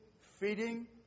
feeding